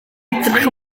edrych